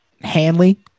Hanley